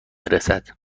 رسد